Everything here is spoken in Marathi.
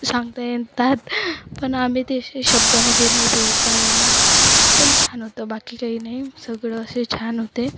सांगता येतात पण आम्ही ते असे शब्दामध्ये नाही बोलता येणार पण छान होतं बाकी काही नाही सगळं असे छान होते